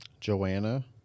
Joanna